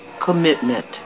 commitment